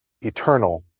eternal